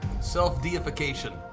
Self-deification